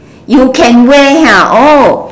you can wear ha oh